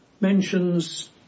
mentions